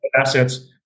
assets